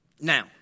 Now